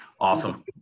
Awesome